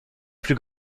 plus